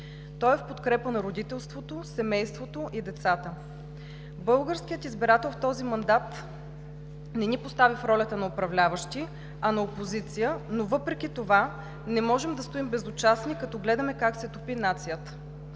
Той е в подкрепа на родителството, семейството и децата. Българският избирател в този мандат не ни постави в ролята на управляващи, а на опозиция, но въпреки това не можем да стоим безучастно, като гледаме как се топи нацията.